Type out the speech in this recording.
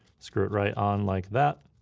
screw it right on like that,